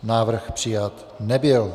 Návrh přijat nebyl.